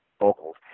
vocals